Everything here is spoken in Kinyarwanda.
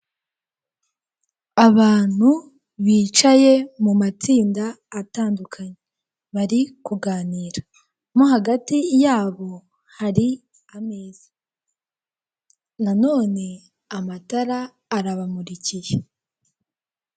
Abantu bicaye mu matsinda atandukanye, bari kuganira, mo hagati yabo hari ameza na none amatara arabamurikiye.